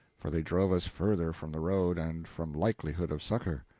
for they drove us further from the road and from likelihood of succor.